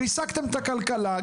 ריסקתם את הכלכלה,